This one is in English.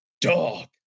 dog